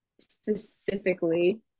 specifically